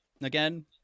again